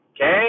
Okay